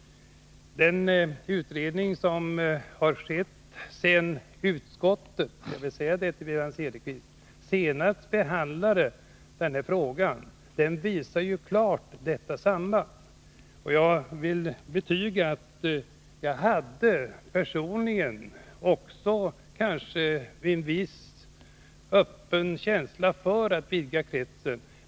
Den utredning som har gjorts sedan utskottet senast behandlade den här frågan — jag vill säga det till Wivi-Anne Cederqvist — visar klart detta samband. Jag vill betyga att jag tidigare hade en viss känsla för att man skulle vidga kretsen.